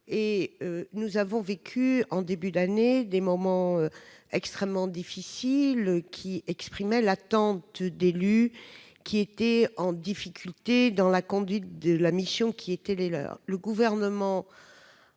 nous avons vécu, en début d'année, des moments extrêmement difficiles, où s'exprimait l'attente d'élus en difficulté dans la conduite des missions qui étaient les leurs.